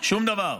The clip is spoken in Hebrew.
שום דבר.